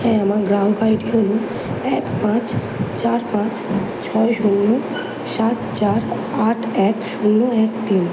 হ্যাঁ আমার গ্রাহক আই ডি হলো এক পাঁচ চার পাঁচ ছয় শূন্য সাত চার আট এক শূন্য এক তিন